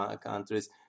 countries